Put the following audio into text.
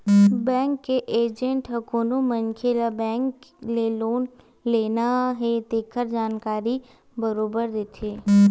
bank के agent ह कोनो मनखे ल बेंक ले लोन लेना हे तेखर जानकारी बरोबर देथे